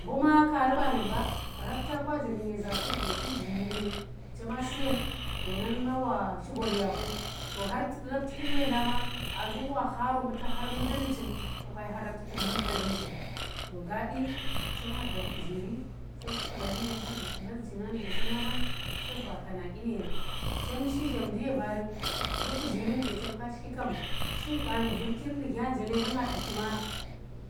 Mbu ma kaari baram ba, rapta kwanje nu nyeza ku nuge chem ji yine yen, chema su yen, benan ma wa shi gor ya ku to har raptukur leenda ma aa ndume wa naro mbu ta har mundo nu chem toka yi har raptukir mbarkaandi nu chin. to nga dilang daar pujiri, chem shi balar nune har viti larji nang nu ge chema mban shem ba kodanyi nu yen, chem shi zhamdi ya vaarem mbu pujir nu ge chem ka shiki kem qaandi vvirkir nu gye nje leenda kima